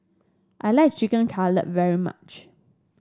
I like Chicken Cutlet very much